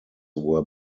were